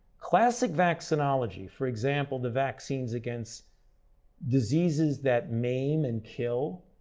classic vaccinology, for example, the vaccines against diseases that maim and kill,